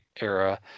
era